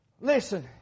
Listen